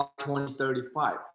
2035